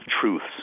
truths